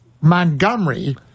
Montgomery